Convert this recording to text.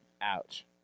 ouch